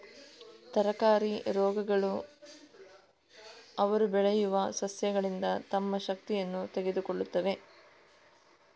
ತರಕಾರಿ ರೋಗಗಳು ಅವರು ಬೆಳೆಯುವ ಸಸ್ಯಗಳಿಂದ ತಮ್ಮ ಶಕ್ತಿಯನ್ನು ತೆಗೆದುಕೊಳ್ಳುತ್ತವೆ